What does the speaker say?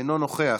אינו נוכח,